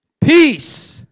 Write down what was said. Peace